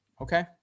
Okay